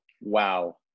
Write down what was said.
Wow